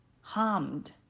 harmed